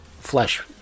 flesh